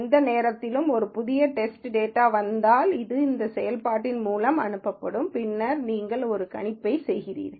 எந்த நேரத்திலும் ஒரு புதிய டெஸ்ட் டேட்டாவந்தால் அது இந்த செயல்பாட்டின் மூலம் அனுப்பப்படும் பின்னர் நீங்கள் ஒரு கணிப்பைச் செய்கிறீர்கள்